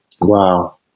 Wow